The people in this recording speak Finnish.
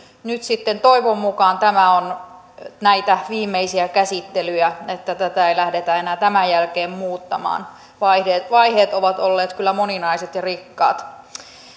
nyt sitten toivon mukaan tämä on näitä viimeisiä käsittelyjä niin että tätä ei lähdetä enää tämän jälkeen muuttamaan vaiheet vaiheet ovat olleet kyllä moninaiset ja rikkaat